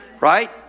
right